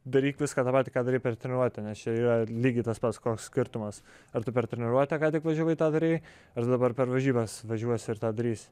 daryk viską tą patį ką darei per treniruotę nes čia yra lygiai tas pats koks skirtumas ar tu per treniruotę ką tik važiavai tą darei ar dabar per varžybas važiuosi ir tą darysi